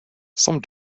some